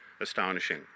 astonishing